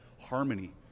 Harmony